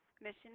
mission